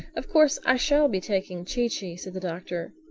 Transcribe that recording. of course i shall be taking chee-chee, said the doctor.